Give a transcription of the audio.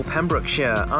Pembrokeshire